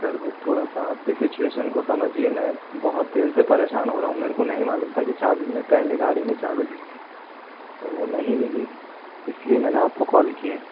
sir वो थोड़ा सा आप भी सिचुएशन को समझिए मैं बहुत देर से परेशान हो रहा हूँ मेरे को नहीं मालूम था कि चाबी में पहले गाड़ी में चाबी ढूंढी और वो नहीं मिली इस लिए मैंने आपको कॉल किया है